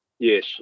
Yes